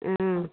অঁ